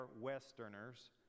westerners